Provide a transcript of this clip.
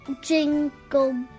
Jingle